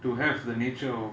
to have the nature of